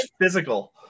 physical